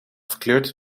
verkleurt